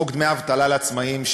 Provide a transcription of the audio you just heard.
חוק דמי אבטלה לעצמאים,